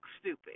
stupid